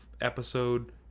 Episode